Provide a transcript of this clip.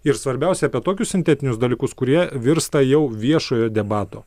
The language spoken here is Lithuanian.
ir svarbiausia apie tokius sintetinius dalykus kurie virsta jau viešojo debato